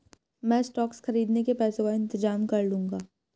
मैं स्टॉक्स खरीदने के पैसों का इंतजाम कर लूंगा